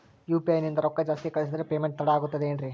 UPI ನಿಂದ ರೊಕ್ಕ ಜಾಸ್ತಿ ಕಳಿಸಿದರೆ ಪೇಮೆಂಟ್ ತಡ ಆಗುತ್ತದೆ ಎನ್ರಿ?